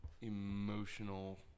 emotional